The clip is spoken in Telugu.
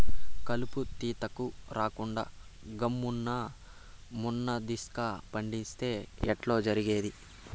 కలుపు తీతకు రాకుండా గమ్మున్న మున్గదీస్క పండితే ఎట్టా జరిగేది